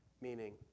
meaning